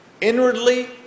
Inwardly